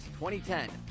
2010